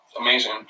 Amazing